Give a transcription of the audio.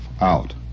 Out